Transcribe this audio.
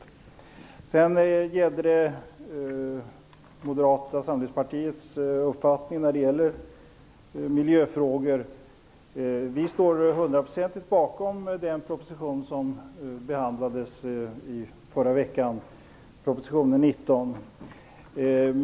När det sedan gäller Moderata samlingspartiets uppfattning i miljöfrågor står vi hundraprocentigt bakom proposition nr 19 som behandlades i förra veckan.